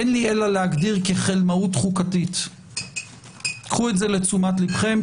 אין לי אלא להגדיר כחלמאות חוקתית.קחו את זה לתשומת לבכם.